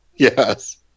Yes